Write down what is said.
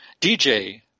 DJ